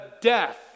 death